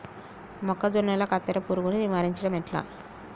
మొక్కజొన్నల కత్తెర పురుగుని నివారించడం ఎట్లా?